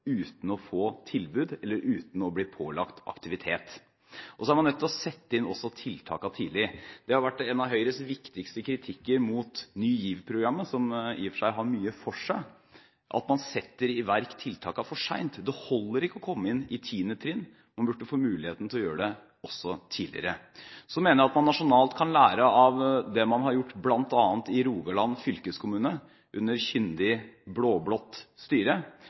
uten å få tilbud eller uten å bli pålagt aktivitet. Man er også nødt til å sette inn tiltakene tidlig. Det har vært en av Høyres viktigste kritikker mot Ny GIV-programmet, som i og for seg har mye for seg, at man setter i verk tiltakene for sent. Det holder ikke å komme inn i tiende trinn. Man burde få muligheten til å gjøre det også tidligere. Så mener jeg at man nasjonalt kan lære av det man har gjort bl.a. i Rogaland fylkeskommune, under kyndig